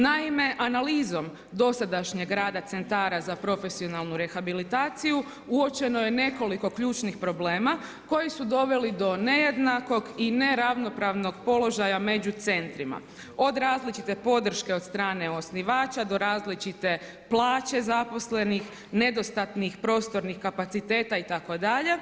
Naime, analizom dosadašnjeg rada centara za profesionalnu rehabilitaciju uočeno je nekoliko ključnim problema koji su doveli do nejednakog i neravnopravnog položaja među centrima, od različite podrške od strane osnivača do različite plaće zaposlenih, nedostatnih prostornih kapaciteta itd.